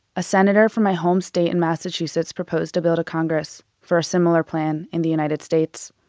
a senator from my home state in massachusetts proposed a bill to congress for a similar plan in the united states.